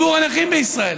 ודרכים אחרות,